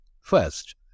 First